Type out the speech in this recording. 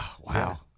Wow